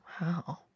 Wow